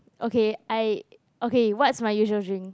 okay I okay what's my usual drink